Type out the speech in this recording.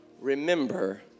remember